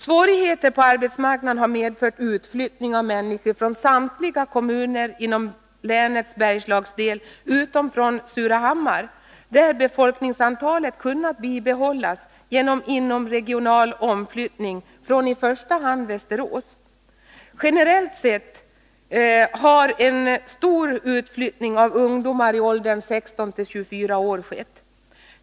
Svårigheterna på arbetsmarknaden har medfört utflyttning av människor från samtliga kommuner inom länets Bergslagsdel utom från Surahammar, där befolkningsantalet kunnat bibehållas genom inomregional omflyttning från i första hand Västerås. Generellt sett har en stor utflyttning av ungdomar i åldern 16-24 år skett.